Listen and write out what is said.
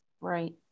Right